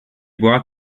brought